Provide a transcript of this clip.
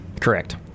Correct